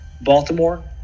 Baltimore